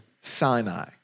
Sinai